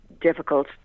difficult